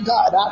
God